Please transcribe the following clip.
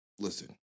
listen